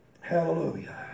Hallelujah